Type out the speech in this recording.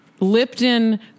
Lipton